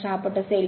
6 पट असेल